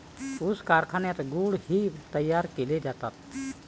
ऊस कारखान्यात गुळ ही तयार केले जातात